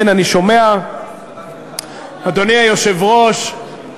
כן, אני שומע, אדוני היושב-ראש,